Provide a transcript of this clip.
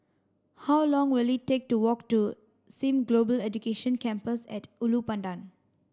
how long will it take to walk to Sim Global Education Campus at Ulu Pandan